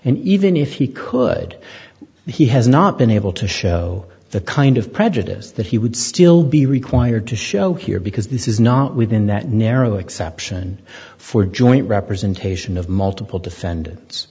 and even if he could he has not been able to show the kind of prejudice that he would still be required to show here because this is not within that narrow exception for joint representation of multiple defendants